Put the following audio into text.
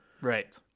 Right